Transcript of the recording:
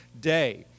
day